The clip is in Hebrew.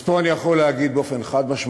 אז פה אני יכול להגיד באופן חד-משמעי: